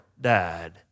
died